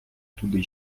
туди